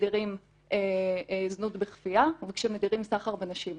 וכשמדירים זנות בכפייה וכשמדירים סחר בנשים.